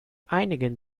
einigen